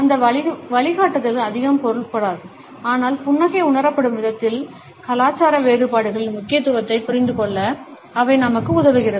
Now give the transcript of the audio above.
இந்த வழிகாட்டுதல்கள் அதிகம் பொருள்படாது ஆனால் புன்னகை உணரப்படும் விதத்தில் கலாச்சார வேறுபாடுகளின் முக்கியத்துவத்தைப் புரிந்துகொள்ள அவை நமக்கு உதவுகின்றன